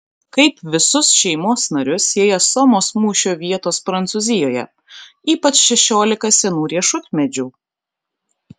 kaip visus šeimos narius sieja somos mūšio vietos prancūzijoje ypač šešiolika senų riešutmedžių